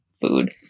food